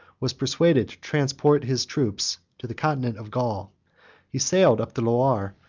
was persuaded to transport his troops to the continent of gaul he sailed up the loire,